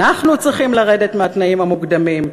אנחנו צריכים לרדת מהתנאים המוקדמים.